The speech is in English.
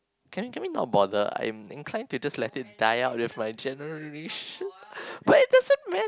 can we can we not bother I'm inclined to just let it die out with my generation but it doesn't matter